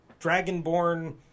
Dragonborn